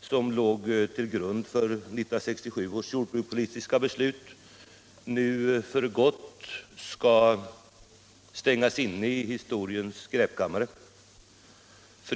som låg till grund för 1967 års jordbrukspolitiska beslut nu för gott skall stängas in i historiens skräpkammare.